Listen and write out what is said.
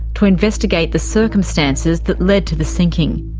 to investigate the circumstances that led to the sinking.